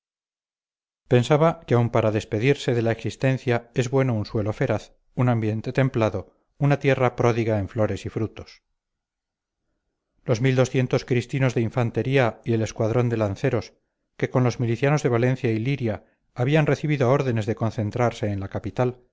pensaba que aun para despedirse de la existencia es bueno un suelo feraz un ambiente templado una tierra pródiga en flores y frutos los mil doscientos cristinos de infantería y el escuadrón de lanceros que con los milicianos de valencia y liria habían recibido órdenes de concentrarse en la capital